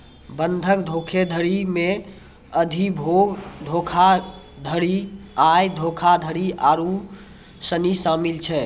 बंधक धोखाधड़ी मे अधिभोग धोखाधड़ी, आय धोखाधड़ी आरु सनी शामिल छै